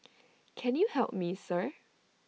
can you help me sir